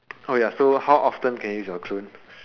oh ya so how often can you use your clone